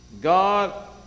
God